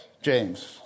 James